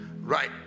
Right